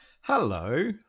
Hello